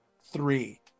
three